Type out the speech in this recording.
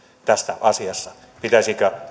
tästä asiasta pitäisikö